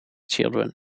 children